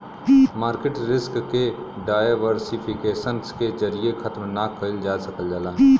market risk के diversification के जरिये खत्म ना कइल जा सकल जाला